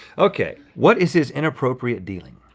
okay, what is his inappropriate dealing.